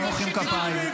לא מוחאים כפיים.